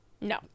No